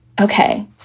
okay